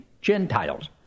Gentiles